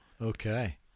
Okay